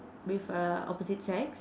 with uh opposite sex